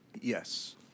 Yes